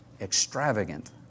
Extravagant